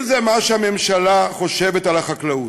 אם זה מה שהממשלה חושבת על החקלאות,